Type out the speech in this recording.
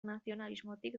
nazionalismotik